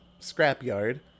scrapyard